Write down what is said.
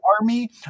army